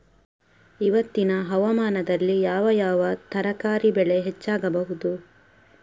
ಇವತ್ತಿನ ಹವಾಮಾನದಲ್ಲಿ ಯಾವ ಯಾವ ತರಕಾರಿ ಬೆಳೆ ಹೆಚ್ಚಾಗಬಹುದು?